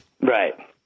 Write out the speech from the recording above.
Right